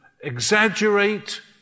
exaggerate